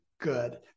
good